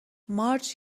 مارج